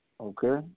Okay